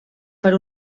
per